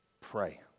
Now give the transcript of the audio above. Pray